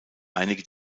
einige